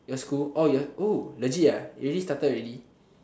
your school orh your legit ah already started already